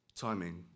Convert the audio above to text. timing